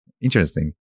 Interesting